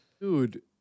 Dude